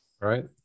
Right